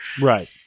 Right